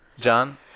John